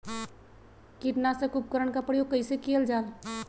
किटनाशक उपकरन का प्रयोग कइसे कियल जाल?